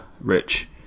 Rich